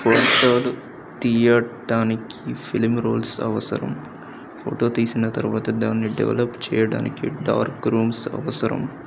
ఫోటోలు తీయడానికి film rolls అవసరం ఫోటో తీసిన తర్వాత దాన్ని డెవలప్ చేయడానికి డార్క్ రూమ్స్ అవసరం